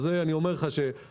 לכן אני אומר לך הפרדה.